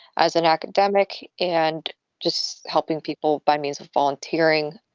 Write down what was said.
as an academic and just helping people by means of volunteering.